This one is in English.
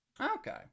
Okay